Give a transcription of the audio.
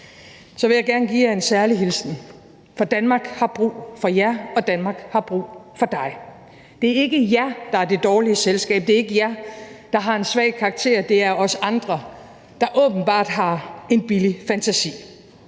vil jeg gerne give jer en særlig hilsen, for Danmark har brug for jer, og Danmark har brug for dig. Det er ikke jer, der er det dårlige selskab, det er ikke jer, der har en svag karakter, det er os andre, der åbenbart har en billig fantasi,